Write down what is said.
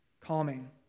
Calming